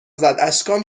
زد، اشکام